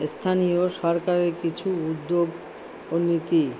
স্থানীয় সরকারের কিছু উদ্যোগ ও নীতি